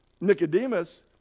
Nicodemus